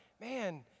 Man